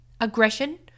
aggression